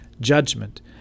Judgment